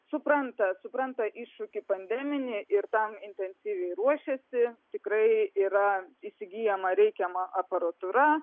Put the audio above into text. supranta supranta iššūkį pandeminį ir tam intensyviai ruošiasi tikrai yra įsigyjama reikiama aparatūra